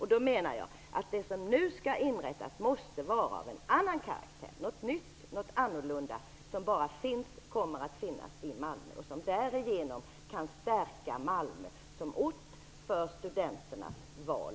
Därför menar jag att det som nu skall inrättas måste vara av en annan karaktär, något nytt, något annorlunda som bara kommer att finnas i Malmö och som därigenom kan stärka Malmö som ort vid studenternas val.